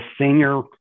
senior